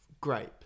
grape